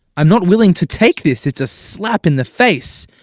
i'm not willing to take this. it's a slap in the face.